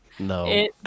No